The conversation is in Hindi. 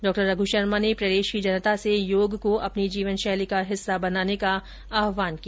डा रघ्र शर्मा ने प्रदेश की जनता से योग को अपनी जीवनशैली का हिस्सा बनाने का आहवान किया